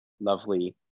lovely